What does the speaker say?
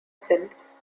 since